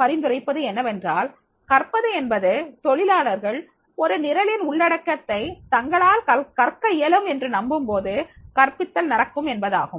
பரிந்துரைப்பது என்னவென்றால் கற்பது என்பது தொழிலாளர்கள் ஒரு நிரலின் உள்ளடக்கத்தை தங்களால் கற்க இயலும் என்று நம்பும் போது கற்பித்தல் நடக்கும் என்பதாகும்